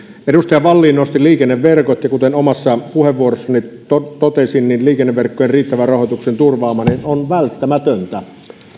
edustaja wallin nosti liikenneverkot ja kuten omassa puheenvuorossani totesin niin liikenneverkkojen riittävän rahoituksen turvaaminen on välttämätöntä